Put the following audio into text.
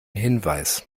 hinweis